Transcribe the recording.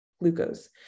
glucose